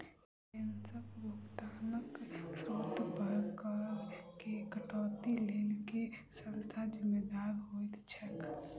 पेंशनक भुगतानक स्त्रोत पर करऽ केँ कटौतीक लेल केँ संस्था जिम्मेदार होइत छैक?